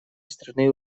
страны